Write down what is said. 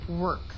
work